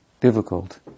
difficult